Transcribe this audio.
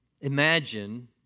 imagine